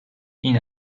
این